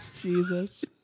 Jesus